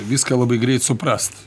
viską labai greit suprast